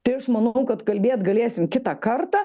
tai aš manau kad kalbėt galėsim kitą kartą